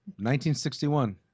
1961